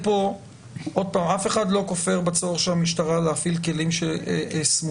אף אחד לא כופר בצורך של המשטרה להפעיל כלים סמויים,